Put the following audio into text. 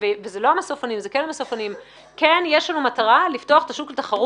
כן יש לנו מטרה והיא לפתוח את השוק לתחרות.